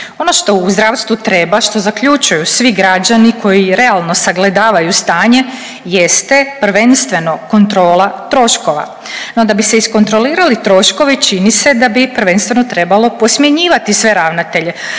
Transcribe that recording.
Ono što u zdravstvu treba, što zaključuju svi građani koji realno sagledavaju stanje jeste prvenstveno kontrola troškova. No da bi se iskontrolirali troškovi čini se da bi prvenstveno trebalo posmjenjivati sve ravnatelje